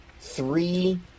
three